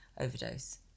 overdose